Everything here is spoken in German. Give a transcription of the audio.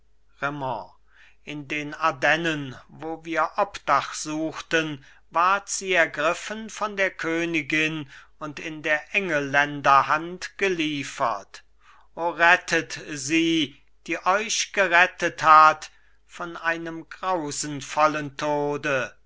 in den ardennen wo wir obdach suchten ward sie ergriffen von der königin und in der engelländer hand geliefert o rettet sie die euch gerettet hat von einem grausenvollen tode